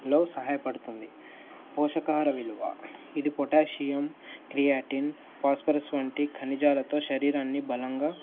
లో సహాయపడుతుంది పోషకాల విలువ ఇది పొటాషియం క్రియాటిన్ పాాస్పరస్ వంటి ఖనిజాలతో శరీరాన్ని బలంగా